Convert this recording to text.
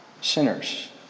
sinners